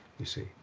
you see.